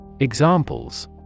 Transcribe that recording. Examples